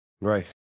right